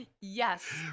yes